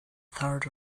third